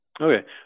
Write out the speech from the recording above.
Okay